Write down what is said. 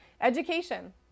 Education